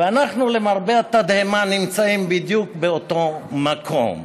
ואנחנו למרבה התדהמה נמצאים בדיוק באותו מקום.